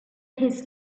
his